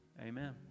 Amen